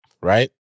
right